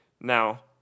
Now